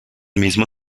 mismo